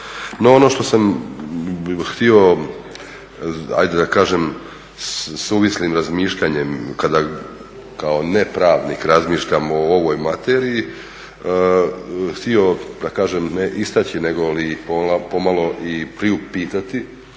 No ono što sam htio suvislim razmišljanjem kada kao ne pravnik razmišljam o ovoj materiji htio istaći nego pomalo priupitati